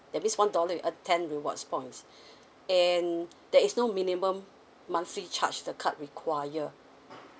that means one dollar you earn ten rewards points and there is no minimum monthly charge to the card require